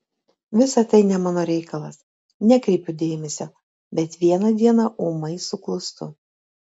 visa tai ne mano reikalas nekreipiu dėmesio bet vieną dieną ūmai suklūstu